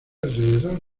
alrededor